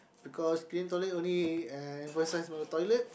because cleaning toilet only uh the toilet